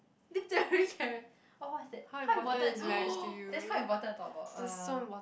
literally can oh what is that how important that's quite important to talk about uh